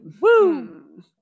Woo